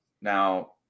Now